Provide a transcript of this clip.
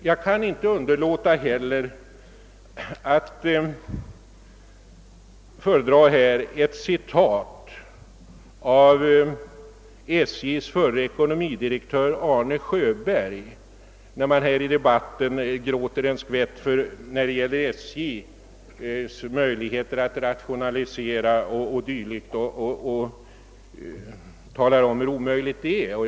Jag kan inte heller underlåta att citera statens järnvägars förutvarande ekonomidirektör Arne Sjöberg när man i debatten säger att det är orimligt att begära att SJ skall kunna klara en konkurrens på samma villkor.